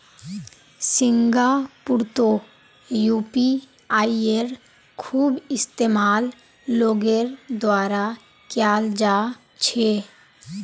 सिंगापुरतो यूपीआईयेर खूब इस्तेमाल लोगेर द्वारा कियाल जा छे